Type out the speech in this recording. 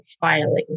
filing